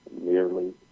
nearly